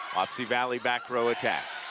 wapsie valley, back row attack.